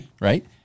right